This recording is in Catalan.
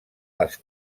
les